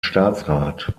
staatsrat